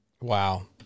Wow